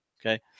Okay